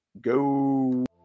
go